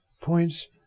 points